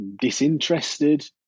disinterested